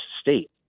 state